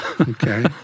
Okay